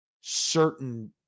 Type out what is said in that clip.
certain